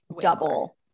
double